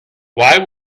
why